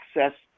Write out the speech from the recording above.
access